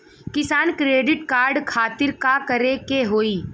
किसान credit card खातिर का करे के होई?